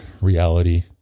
reality